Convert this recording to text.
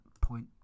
point